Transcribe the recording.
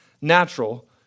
natural